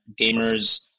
gamers